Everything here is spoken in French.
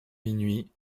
minuit